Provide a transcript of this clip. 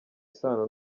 isano